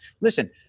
Listen